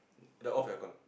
then off aircon